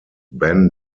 ben